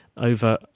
over